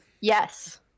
Yes